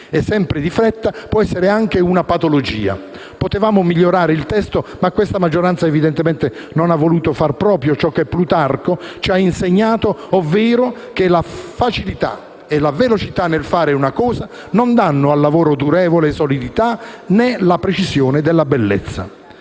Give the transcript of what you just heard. e sempre di fretta può essere anche una patologia; potevamo migliorane il testo, ma questa maggioranza evidentemente non ha voluto far proprio ciò che Plutarco ci ha insegnato, ovvero che la facilità e la velocità nel fare una cosa non danno al lavoro durevole solidità, né la precisione della bellezza.